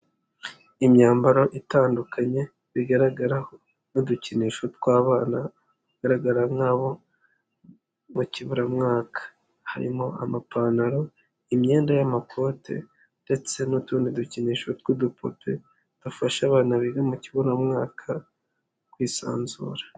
Imyambaro itandukanye bigaragaraho n'udukinisho tw'abana, bagaragara nk'abana bo kiburamwaka, harimo amapantalo, imyenda y'amakote ndetse n'utundi dukinisho tw'udupupe dufasha abana biga mu kiburamwaka kwisanzura.